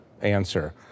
answer